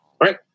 Right